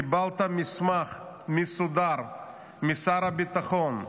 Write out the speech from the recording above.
קיבלת מסמך מסודר משר הביטחון,